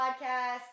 podcast